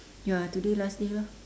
ya today last day lah